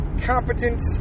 competent